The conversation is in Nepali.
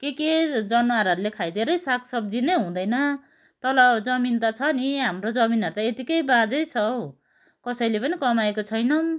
के के जनावरहरूले खाइदिएरै साग सब्जी नै हुँदैन तल जमिन त छ नि हाम्रो जमिनहरू त यतिकै बाँझै छ हौ कसैले पनि कमाएको छैनौँ